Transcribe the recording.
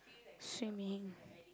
swimming